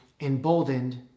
emboldened